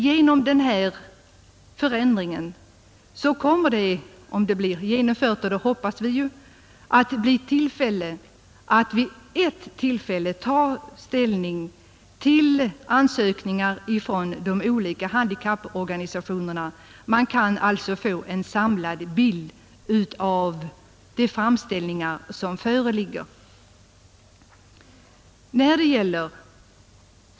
Genom denna förändring — om den genomförs, vilket vi hoppas — kommer det att bli möjligt att vid ett enda tillfälle ta ställning till ansökningar från de olika handikapporganisationerna. Man kan alltså få en samlad bild av de framställningar som föreligger.